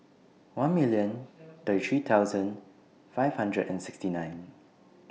one million thirty three thousand five hundred and sixty nine